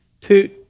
two